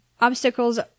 obstacles